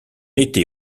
était